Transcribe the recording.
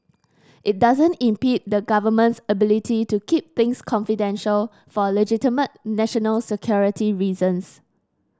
it doesn't impede the Government's ability to keep things confidential for legitimate national security reasons